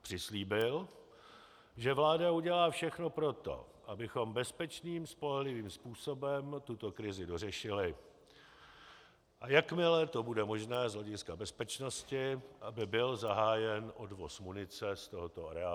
Přislíbil, že vláda udělá všechno pro to, abychom bezpečným spolehlivým způsobem tuto krizi dořešili, a jakmile to bude možné z hlediska bezpečnosti, aby byl zahájen odvoz munice z tohoto areálu.